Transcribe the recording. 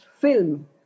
film